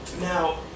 Now